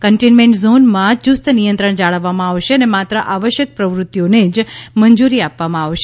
containment ઝોનમાં યૂસ્ત નિયંત્રણ જાળવવામાં આવશે અને માત્ર આવશ્યક પ્રવૃત્તિઓને જ મંજૂરી આપવામાં આવશે